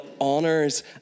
honors